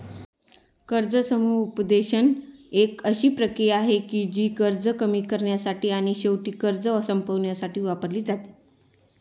कर्ज समुपदेशन एक अशी प्रक्रिया आहे, जी कर्ज कमी करण्यासाठी आणि शेवटी कर्ज संपवण्यासाठी वापरली जाते